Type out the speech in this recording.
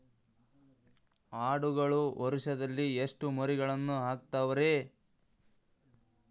ಆಡುಗಳು ವರುಷದಲ್ಲಿ ಎಷ್ಟು ಮರಿಗಳನ್ನು ಹಾಕ್ತಾವ ರೇ?